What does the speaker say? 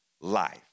life